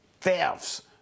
thefts